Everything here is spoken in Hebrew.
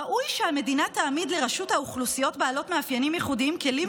ראוי שהמדינה תעמיד לרשות אוכלוסיות בעלות מאפיינים ייחודיים כלים